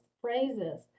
phrases